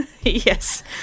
Yes